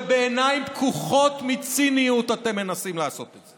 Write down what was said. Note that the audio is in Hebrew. ובעיניים פקוחות מציניות אתם מנסים לעשות את זה.